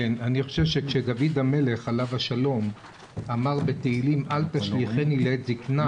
כשדוד המלך עליו השלום אמר בתהלים 'אל תשליכני לעת זיקנה'